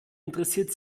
interessiert